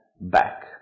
back